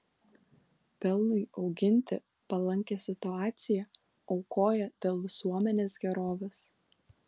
pelnui auginti palankią situaciją aukoja dėl visuomenės gerovės